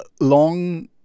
long